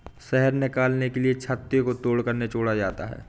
शहद निकालने के लिए छत्ते को तोड़कर निचोड़ा जाता है